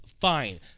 fine